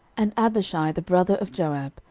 and abishai the brother of joab,